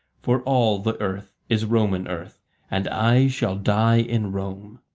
for all the earth is roman earth and i shall die in rome.